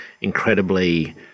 incredibly